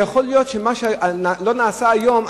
יכול להיות שמה שלא נעשה היום,